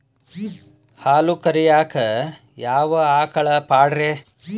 ಹಾಲು ಕರಿಯಾಕ ಯಾವ ಆಕಳ ಪಾಡ್ರೇ?